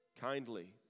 kindly